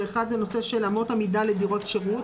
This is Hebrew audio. אחת זה נושא של אמות המידה לדירות שירות,